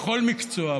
בכל מקצוע.